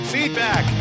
Feedback